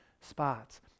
spots